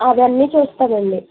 అవ్వన్నీ చూస్తామండి